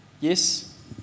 Yes